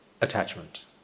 attachment